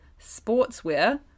sportswear